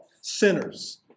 Sinners